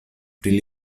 pri